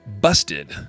busted